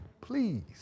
please